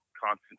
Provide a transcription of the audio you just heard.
constant